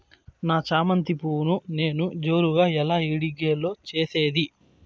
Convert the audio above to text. నా చామంతి పువ్వును నేను జోరుగా ఎలా ఇడిగే లో చేసేది?